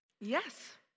yes